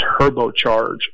turbocharge